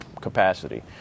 capacity